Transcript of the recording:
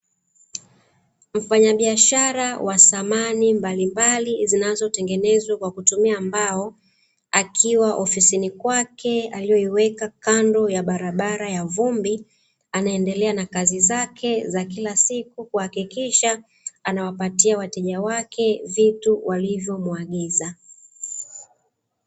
Mfanyabiashara wa samani mbalimbali zinazotengenezwa kwa kutumia mbao, akiwa ofisini kwake aliyoiweka kando ya barabara ya vumbi, anaendelea na kazi zake za kila siku, kuhakikisha anawapatia wateja wake vitu walivomuagiza.